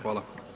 Hvala.